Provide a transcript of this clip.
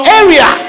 area